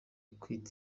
kwita